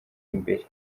imbere